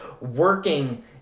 working